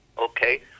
okay